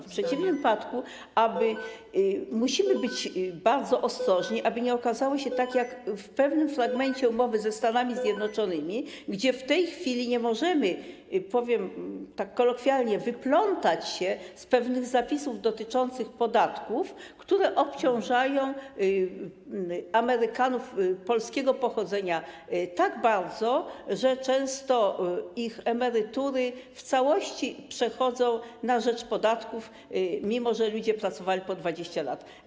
W przeciwnym wypadku musimy być bardzo ostrożni, aby nie okazało się tak jak w pewnym fragmencie umowy ze Stanami Zjednoczonymi, gdzie w tej chwili nie możemy, powiem tak kolokwialnie, wyplątać się z pewnych zapisów dotyczących podatków, które obciążają Amerykanów polskiego pochodzenia tak bardzo, że często ich emerytury w całości przechodzą na rzecz podatków, mimo że ci ludzie pracowali po 20 lat.